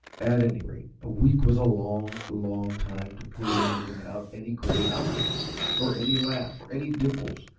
at any rate, a week was a long, long time to put in without any gray eyes or any laugh, or any dimples,